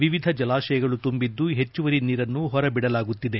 ವಿವಿಧ ಜಲಾಶಯಗಳು ತುಂಬಿದ್ದು ಹೆಚ್ಚುವರಿ ನೀರನ್ನು ಹೊರಬಿಡಲಾಗುತ್ತಿದೆ